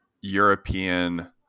European